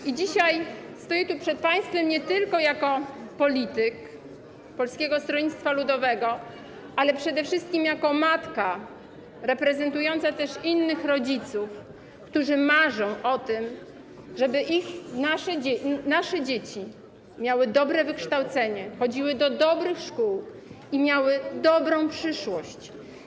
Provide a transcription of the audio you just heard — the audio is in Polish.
I dzisiaj stoję tu przed państwem nie tylko jako polityk Polskiego Stronnictwa Ludowego, ale przede wszystkim jako matka reprezentująca też innych rodziców, którzy marzą o tym, żeby ich, nasze dzieci miały dobre wykształcenie, chodziły do dobrych szkół i miały dobrą przyszłość.